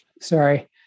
sorry